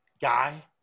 guy